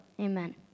Amen